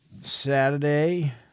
Saturday